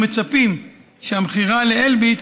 אנחנו מצפים שהמכירה לאלביט,